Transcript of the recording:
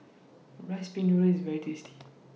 Rice Pin Noodles IS very tasty